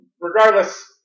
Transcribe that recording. regardless